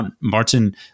Martin